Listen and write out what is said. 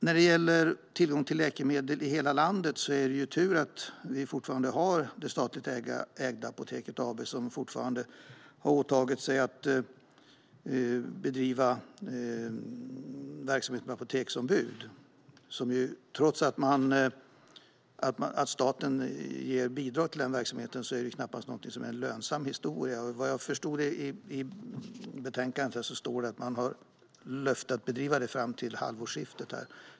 När det gäller tillgång till läkemedel i hela landet är det tur att vi fortfarande har det statligt ägda Apoteket AB som har åtagit sig att fortsätta bedriva verksamhet med apoteksombud. Trots att staten ger bidrag till den verksamheten är det knappast en lönsam historia. Det står i betänkandet att man har gett löfte om att bedriva sådan verksamhet fram till halvårsskiftet.